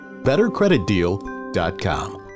BetterCreditDeal.com